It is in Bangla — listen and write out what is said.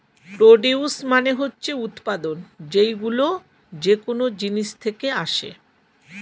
প্রডিউস মানে হচ্ছে উৎপাদন, যেইগুলো যেকোন জিনিস থেকে আসে